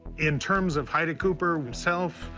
in terms of huidekoper himself,